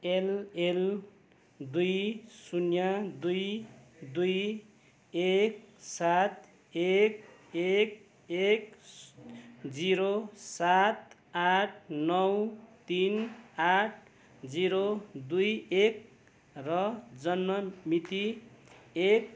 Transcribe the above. LL दुई शून्य दुई दुई एक सात एक एक एक जिरो सात आठ नौ तिन आठ जिरो दुई एक र जन्म मिति एक